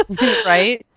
right